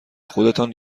خودتان